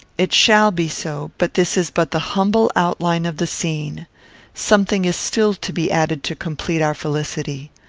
it shall be so but this is but the humble outline of the scene something is still to be added to complete our felicity.